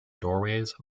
doorways